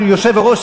היושב-ראש,